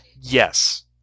Yes